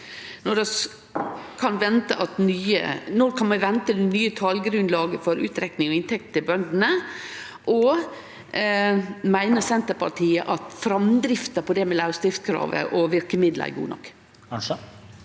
Når kan vi vente det nye talgrunnlaget for utrekning av inntektene til bøndene, og meiner Senterpartiet at framdrifta på det med lausdriftskrav og verkemiddel er god nok?